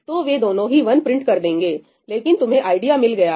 तो वे दोनों ही 1 प्रिंट कर देंगे लेकिन तुम्हें आइडिया मिल गया है